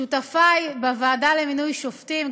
שותפי בוועדה לבחירת שופטים,